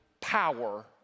power